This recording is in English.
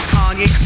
Kanye